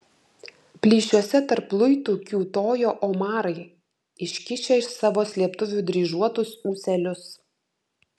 plyšiuose tarp luitų kiūtojo omarai iškišę iš savo slėptuvių dryžuotus ūselius